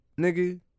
nigga